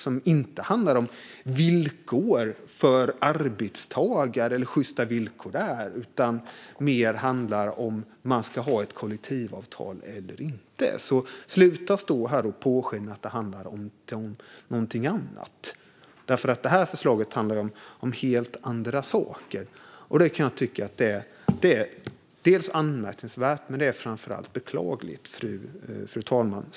Det handlar inte om sjysta villkor för arbetstagare, utan det handlar mer om huruvida det ska finnas ett kollektivavtal eller inte. Stå inte här och påstå att det handlar om något annat! Det är anmärkningsvärt och beklagligt, fru talman.